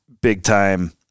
big-time